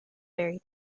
very